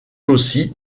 aussi